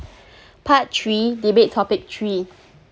part three debate topic three